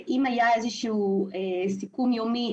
אם היה איזשהו סיכום יומי,